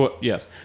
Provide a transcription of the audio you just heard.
Yes